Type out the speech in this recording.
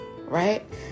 right